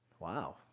Wow